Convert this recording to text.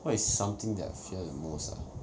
what is something I fear the most ah